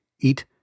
eat